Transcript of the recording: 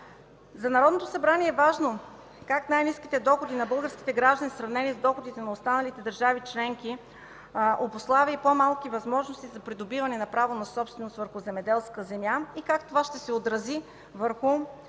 За Народното събрание е важно как най-ниските доходи на българските граждани в сравнение с доходите на гражданите от останалите държави членки обуславят и по-малки възможности за придобиване на право на собственост върху земеделска земя и как това ще се отрази върху